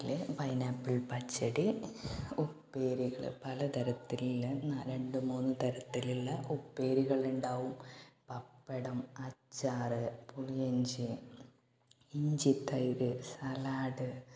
അതിൽ പൈനാപ്പിൾ പച്ചടി ഉപ്പേരികൾ പല തരത്തിലുള്ള രണ്ട് മൂന്ന് തരത്തിലുള്ള ഉപ്പേരികളുണ്ടാവും പപ്പടം അച്ചാർ പുളിയിഞ്ചി ഇഞ്ചിത്തൈര് സലാഡ്